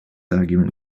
argument